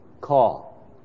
call